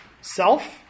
self